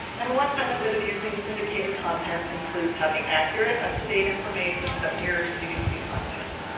and one benefit of using syndicated content includes having accurate, up-to-date information that mirrors cdc content.